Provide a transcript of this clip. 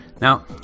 Now